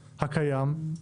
הקיים,